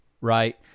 right